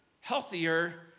healthier